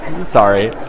Sorry